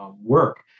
work